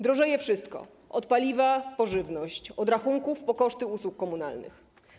Drożeje wszystko: od paliwa po żywność, od rachunków po koszty usług komunalnych.